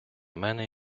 мене